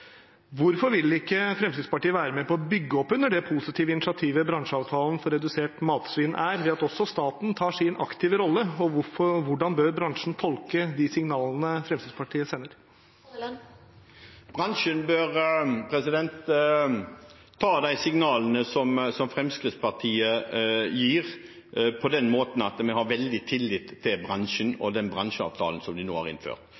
Hvorfor vil ikke Fremskrittspartiet være med på å bygge opp under det positive initiativet bransjeavtalen for redusert matsvinn er, ved at også staten tar en aktiv rolle? Og hvordan bør bransjen tolke de signalene Fremskrittspartiet sender? Bransjen bør tolke de signalene som Fremskrittspartiet gir, på den måten at vi har veldig tillit til bransjen og den bransjeavtalen som de nå har innført.